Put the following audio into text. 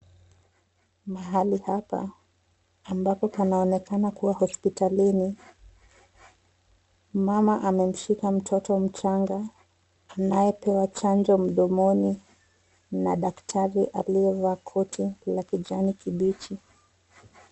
Mahali hapa, ambapo panaonekana kua hospitalini, mama amemshika mtoto mchanga anayepewa chanjo mdomoni, na daktari aliyevaa koti la kijani kibichi.